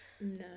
no